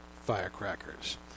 firecrackers